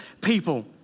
people